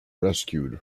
rescued